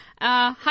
Hi